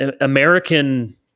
American